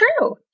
true